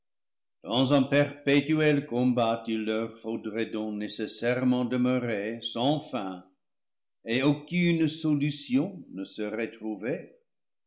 dans un perpétuel combat il leur faudrait donc nécessaire ment demeurer sans fin et aucune solution ne